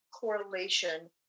correlation